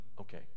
Okay